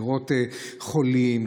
לראות חולים,